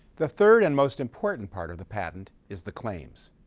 the third and most important part of the patent is the claims.